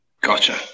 Gotcha